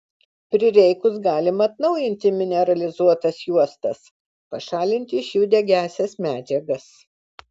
prireikus galima atnaujinti mineralizuotas juostas pašalinti iš jų degiąsias medžiagas